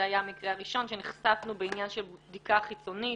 זה היה המקרה הראשון שנחשפנו בעניין של בדיקה חיצונית.